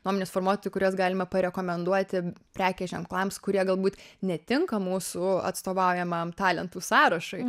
nuomonės formuotojų kuriuos galima parekomenduoti prekės ženklams kurie galbūt netinka mūsų atstovaujamam talentų sąrašui